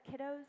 kiddos